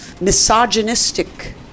misogynistic